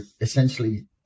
essentially